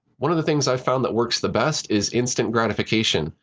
one of the things i found that works the best is instant gratification.